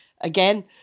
again